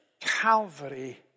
Calvary